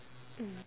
mm